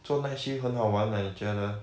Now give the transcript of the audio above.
做 night shift 很好玩 ah 你觉得